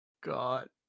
God